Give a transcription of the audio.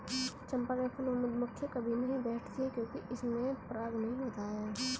चंपा के फूल पर मधुमक्खियां कभी नहीं बैठती हैं क्योंकि इसमें पराग नहीं होता है